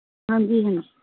ਹਾਂਜੀ ਹਾਂਜੀ